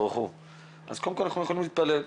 אז קודם כל אנחנו יכולים להתפלל.